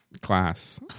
class